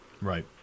Right